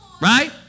right